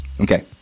Okay